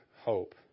hope